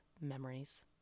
memories